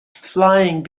flying